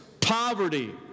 poverty